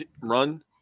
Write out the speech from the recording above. run